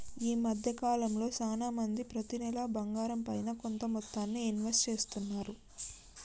ఈ మద్దె కాలంలో చానా మంది ప్రతి నెలా బంగారంపైన కొంత మొత్తాన్ని ఇన్వెస్ట్ చేస్తున్నారు